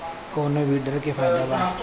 कौनो वीडर के का फायदा बा?